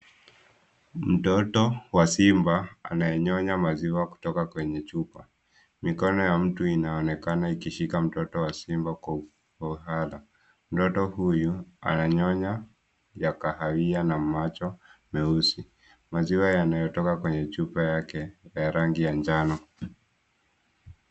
Mtoto wa simba, anayenyonya maziwa kutoka kwenye chupa. Mikono ya mtu inaonekana ikishika mtoto wa simba kwa faragha. Mtoto huyu ananyonya ya kahawia na macho meusi. Maziwa yanayotoka kwenye chupa yake ya rangi ya njano.